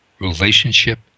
relationship